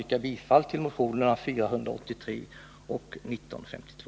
yrka bifall till motionerna 483 och 1952.